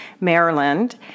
Maryland